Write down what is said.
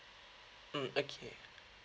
mm okay